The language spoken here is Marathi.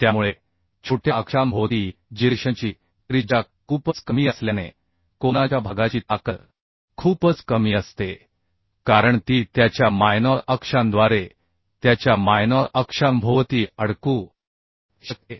त्यामुळे छोट्या अक्षांभोवती जिरेशनची त्रिज्या खूपच कमी असल्याने कोनाच्या भागाची ताकद खूपच कमी असते कारण ती त्याच्या मायनॉर अक्षांद्वारे त्याच्या मायनॉर अक्षांभोवती अडकू शकते